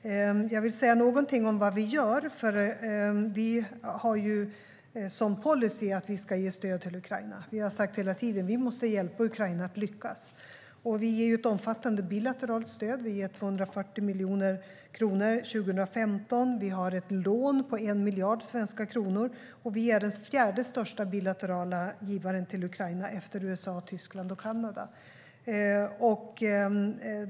Jag vill säga någonting om vad vi gör. Vi har ju som policy att vi ska ge stöd till Ukraina, och vi har sagt hela tiden att vi måste hjälpa Ukraina att lyckas. Vi ger ett omfattande bilateralt stöd; vi gav 240 miljoner kronor 2015. Vi har ett lån på 1 miljard svenska kronor, och vi är den fjärde största bilaterala givaren till Ukraina efter USA, Tyskland och Kanada.